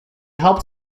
helped